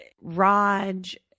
Raj